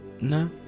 No